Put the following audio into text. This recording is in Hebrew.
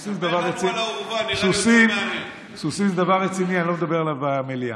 אני מציע שתדבר איתנו על האורווה.